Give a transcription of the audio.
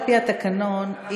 על-פי התקנון,